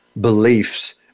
beliefs